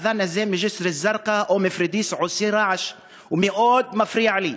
האד'אן הזה מג'סר-א-זרקא או מפוריידיס עושה רעש ומאוד מפריע לי,